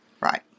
Right